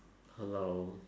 hello